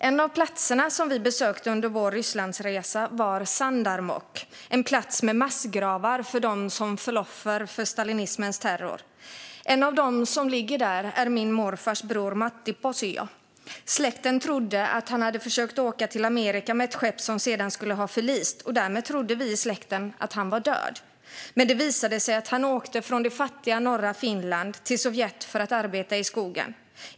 En av platserna som vi besökte under vår Rysslandsresa var Sandarmokh, en plats med massgravar för dem som föll offer för stalinismens terror. En av dem som ligger där är min morfars bror Matti Posio. Släkten trodde att han hade försökt åka till Amerika med ett skepp som sedan skulle ha förlist, och därmed trodde släkten att han var död. Men det visade sig att han hade åkt från det fattiga norra Finland till Sovjet för att arbeta i skogen.